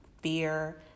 fear